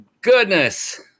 goodness